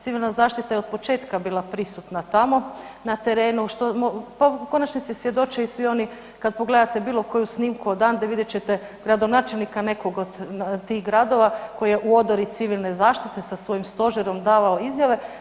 Civilna zaštita je od početka bila prisutna tamo na terenu, pa u konačnici i svjedoče i svi oni kad pogledate bilo koju snimku odande vidjet ćete gradonačelnika nekog od tih gradova koji je u odori civilne zaštite sa svojim stožerom davao izjave.